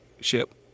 ship